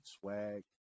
swag